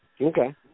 Okay